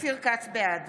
בעד